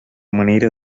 manera